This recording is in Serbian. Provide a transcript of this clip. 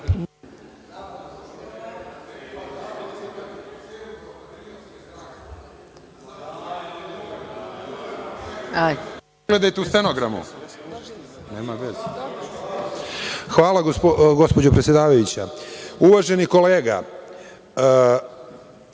Hvala, gospođo predsedavajuća. Uvaženi kolega,